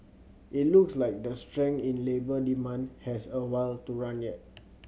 it looks like the strength in labour demand has a while to run yet